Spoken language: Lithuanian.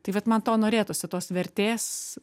tai vat man to norėtųsi tos vertės